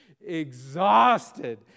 exhausted